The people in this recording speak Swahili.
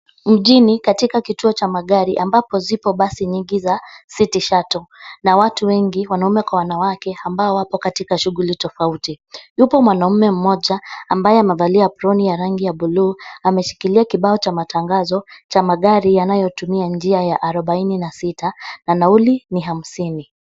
Mjini katika kituo cha magari ambapo zipo basi nyingi za city shuttle na watu wengi wanaume kwa wanawake ambao wapo katika shuguli tofauti. Yupo mwanaume mmoja ambaye amevalia aproni ya rangi ya buluu, ameshikilia kibao cha matangazo cha magari yanayotumia njia ya 46 na nauli ni hamsini.